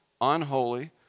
unholy